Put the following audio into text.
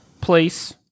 place